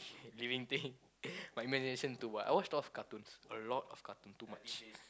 living thing my imagination too much I watch a lot of cartoons a lot of cartoons too much